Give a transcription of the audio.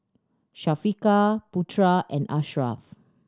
Syafiqah Putera and Ashraf